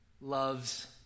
loves